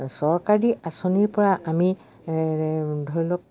চৰকাৰী আঁচনিৰপৰা আমি ধৰি লওক